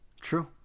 true